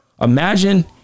Imagine